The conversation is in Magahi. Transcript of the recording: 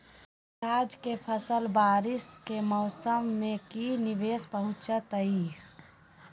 प्याज के फसल बारिस के मौसम में की निवेस पहुचैताई?